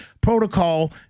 protocol